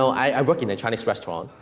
i work in a chinese restaurant,